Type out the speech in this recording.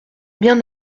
bien